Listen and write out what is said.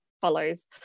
follows